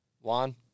juan